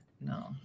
No